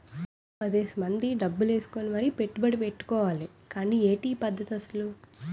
పదేసి మంది డబ్బులు ఏసుకుని మరీ పెట్టుబడి ఎట్టుకోవాలి గానీ ఏటి ఈ పద్దతి అసలు?